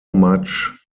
much